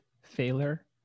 failure